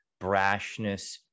brashness